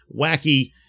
wacky